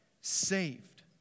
Saved